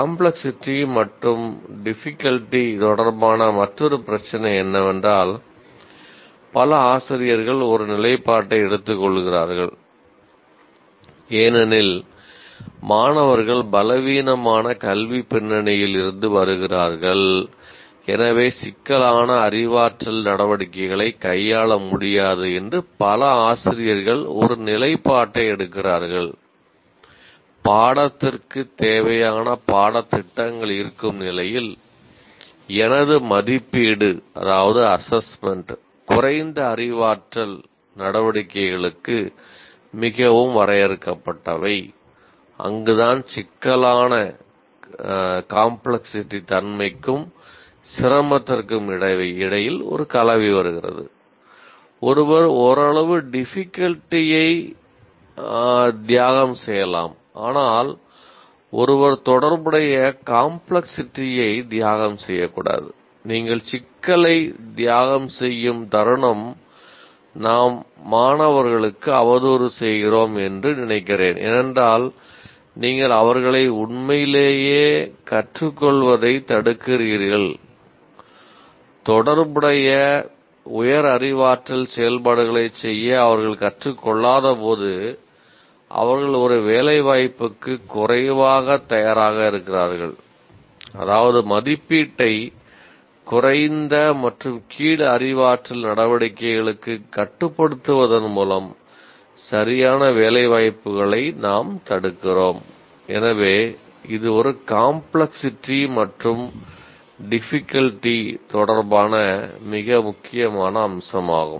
complexity தொடர்பான மிக முக்கியமான அம்சமாகும்